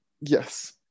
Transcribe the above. yes